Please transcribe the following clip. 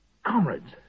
Comrades